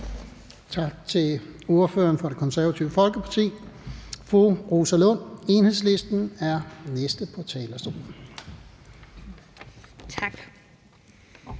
Tak til ordføreren fra Det Konservative Folkeparti. Fru Rosa Lund, Enhedslisten, er den næste på talerstolen. Kl.